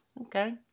Okay